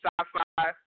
sci-fi